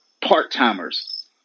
part-timers